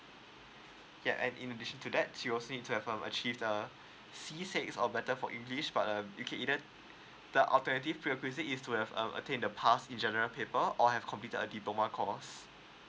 yeah and in addition to that you also need to have um achieved uh C six or better for english but uh you can either the alternative prerequisite is to have a attain the pass in general paper or have completed a diploma course